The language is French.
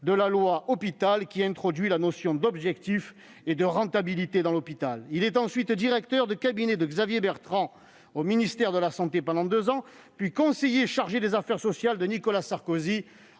de la loi Hôpital, qui introduit la notion d'objectifs et de rentabilité dans la gestion hospitalière. Il est ensuite directeur de cabinet de Xavier Bertrand au ministère de la santé pendant deux ans, puis conseiller chargé des affaires sociales de Nicolas Sarkozy